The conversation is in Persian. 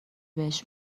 بهش